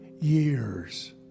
years